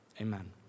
Amen